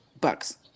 Bucks